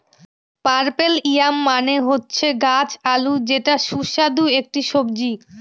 purple yam মানে হচ্ছে গাছ আলু যেটা সুস্বাদু একটি সবজি